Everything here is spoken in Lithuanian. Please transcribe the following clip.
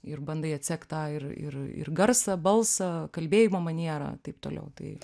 ir bandai atsekt tą ir ir ir garsą balsą kalbėjimo manierą taip toliau tai